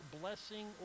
blessing